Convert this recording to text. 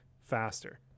faster